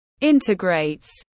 Integrates